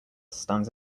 stands